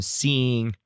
seeing